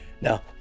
now